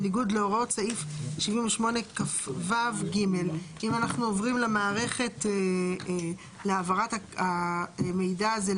בניגוד להוראות סעיף 78כו(ג); אם אנחנו עוברים למערכת להעברת המידע הזה,